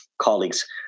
colleagues